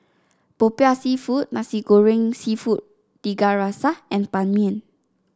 popiah seafood Nasi Goreng seafood Tiga Rasa and Ban Mian